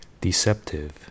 deceptive